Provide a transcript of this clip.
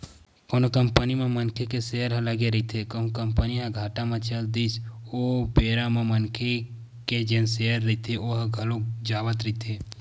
कोनो कंपनी म मनखे के सेयर ह लगे रहिथे कहूं कंपनी ह घाटा म चल दिस ओ बेरा म मनखे के जेन सेयर रहिथे ओहा घलोक जावत रहिथे